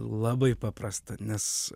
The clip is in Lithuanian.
labai paprasta nes